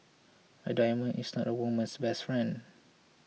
a diamond is not a woman's best friend